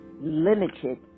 limited